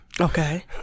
Okay